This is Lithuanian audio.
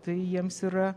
tai jiems yra